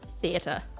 theatre